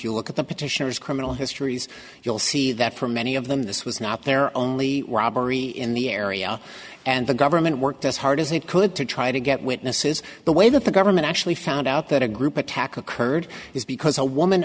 you look at the petitioner's criminal histories you'll see that for many of them this was not their only robbery in the area and the government worked as hard as they could to try to get witnesses the way that the government actually found out that a group attack occurred is because a woman